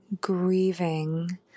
grieving